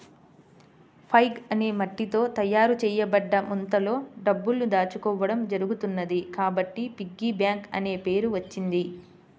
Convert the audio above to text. pig అనే మట్టితో తయారు చేయబడ్డ ముంతలో డబ్బులు దాచుకోవడం జరుగుతున్నది కాబట్టి పిగ్గీ బ్యాంక్ అనే పేరు వచ్చింది